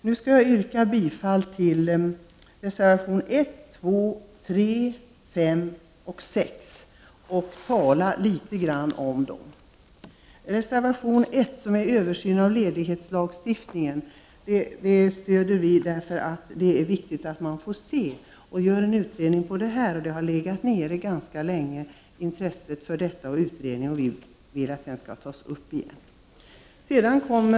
Jag yrkar bifall till reservationerna 1, 2,3, 5 och 6 och vill något kommentera dessa. Vi stöder reservation 1 om en översyn av ledighetslagstiftningen. Det är viktigt att en sådan utredning görs. Intresset för detta har ganska länge varit lågt, och vi vill att arbetet med dessa frågor tas upp igen.